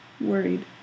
worried